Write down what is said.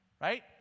right